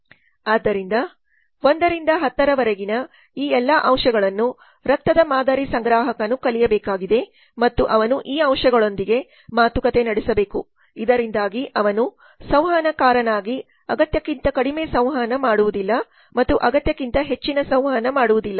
ಆದ್ದರಿಂದ 1 ರಿಂದ 10 ರವರೆಗಿನ ಈ ಎಲ್ಲಾ ಅಂಶಗಳನ್ನು ರಕ್ತದ ಮಾದರಿ ಸಂಗ್ರಾಹಕನು ಕಲಿಯಬೇಕಾಗಿದೆ ಮತ್ತು ಅವನು ಈ ಅಂಶಗಳೊಂದಿಗೆ ಮಾತುಕತೆ ನಡೆಸಬೇಕು ಇದರಿಂದಾಗಿ ಅವನು ಸಂವಹನಕಾರನಾಗಿ ಅಗತ್ಯಕ್ಕಿಂತ ಕಡಿಮೆ ಸಂವಹನ ಮಾಡುವುದಿಲ್ಲ ಮತ್ತು ಅಗತ್ಯಕ್ಕಿಂತ ಹೆಚ್ಚಿನ ಸಂವಹನ ಮಾಡುವುದಿಲ್ಲ